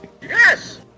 Yes